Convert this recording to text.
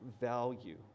value